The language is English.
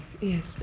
Yes